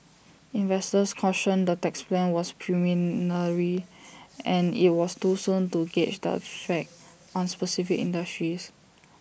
investors cautioned the tax plan was preliminary and IT was too soon to gauge the effect on specific industries